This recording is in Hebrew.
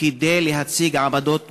כדי להציג עמדות פוליטיות,